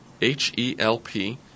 H-E-L-P